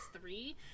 three